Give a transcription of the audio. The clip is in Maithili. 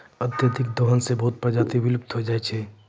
अत्यधिक दोहन सें बहुत प्रजाति विलुप्त होय जाय छै